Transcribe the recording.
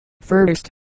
First